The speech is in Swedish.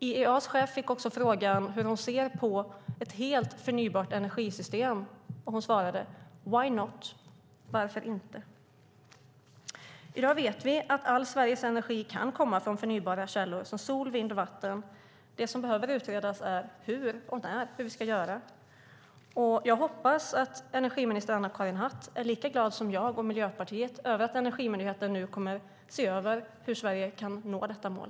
IEA:s chef fick också frågan hur hon ser på ett helt förnybart energisystem, och hon svarade: Why not? Alltså: Varför inte? I dag vet vi att all Sveriges energi kan komma från förnybara källor som sol, vind och vatten. Det som behöver utredas är hur och när vi ska göra detta. Jag hoppas att energiminister Anna-Karin Hatt är lika glad som jag och Miljöpartiet över att Energimyndigheten nu kommer att se över hur Sverige kan nå detta mål.